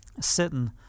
sitting